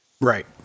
Right